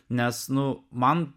nes nu man